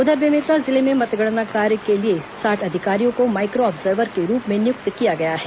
उधर बेमेतरा जिले में मतगणना कार्य के लिए साठ अधिकारियों को माइक्रो आब्जर्वर के रूप में नियुक्त किया गया है